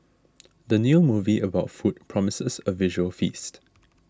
the new movie about food promises a visual feast